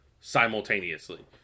simultaneously